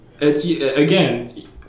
again